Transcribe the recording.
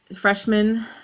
freshman